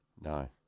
No